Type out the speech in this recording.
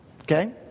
okay